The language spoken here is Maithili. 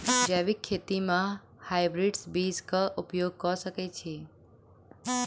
जैविक खेती म हायब्रिडस बीज कऽ उपयोग कऽ सकैय छी?